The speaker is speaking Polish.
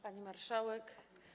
Pani Marszałek!